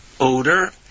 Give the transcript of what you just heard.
odor